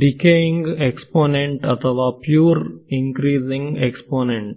DK ಇಂಗ್ exponent ಅಥವಾ pure increasing exponent